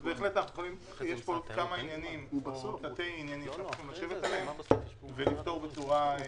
אז יש כמה עניינים שאנחנו יכולים לשבת עליהם ולפתור בצורה נקודתית.